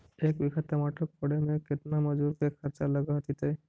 एक बिघा टमाटर कोड़े मे केतना मजुर के खर्चा लग जितै?